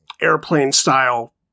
airplane-style